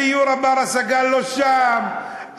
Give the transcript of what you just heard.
דיור בר-השגה לא שם,